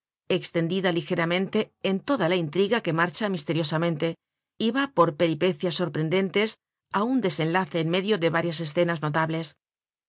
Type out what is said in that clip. extendida ligeramente en toda la intriga que marcha misteriosamente y va por peripezias sorprendentes á un desenlace en medio de varias escenas notables